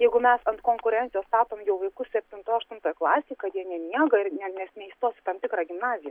jeigu mes ant konkurencijos statom jau vaikus septintoj aštuntoj klasėj jie nemiega ir ne nes neįstos į tam tikrą gimnaziją